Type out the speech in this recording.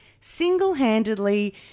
single-handedly